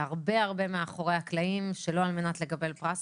והרבה-הרבה מאחורי הקלעים שלא על מנת לקבל פרס,